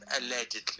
allegedly